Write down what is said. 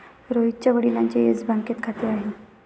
रोहितच्या वडिलांचे येस बँकेत खाते आहे